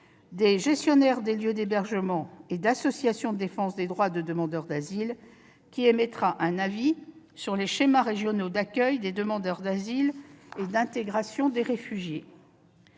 de gestionnaires de lieux d'hébergement et d'associations de défense des droits des demandeurs d'asile, commission qui émettra un avis sur les schémas régionaux d'accueil des demandeurs d'asile et d'intégration des réfugiés.